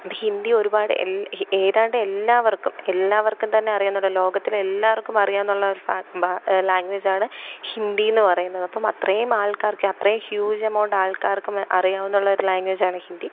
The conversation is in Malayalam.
ഹിന്ദി ഒരുപാട് ഏതാണ്ട് എല്ലാവർക്കും എല്ലാവർക്കും തന്നെ അറിയാവുന്നതാണ് ലോകത്തിലെ എല്ലാവർക്കും തന്നെ അറിയാമെന്നുള്ള ഒരു ലാംഗേജാണ് ഹിന്ദി എന്ന് പറയുന്നത് അപ്പോൾ അത്രയും ആൾക്കാർക്ക് അത്രയും ഹ്യൂജ് എമൗണ്ട് ആൾക്കാർക്ക് അറിയാവുന്നുള്ള ഒരു ലാംഗേജാണ് ഹിന്ദി